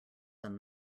than